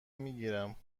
میگیرم